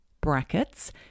brackets